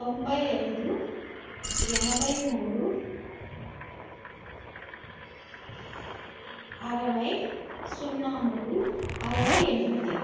తొంభై ఐదు ఎనభై మూడు అరవై సున్నా మూడు అరవై ఎనిమిది